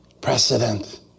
precedent